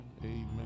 amen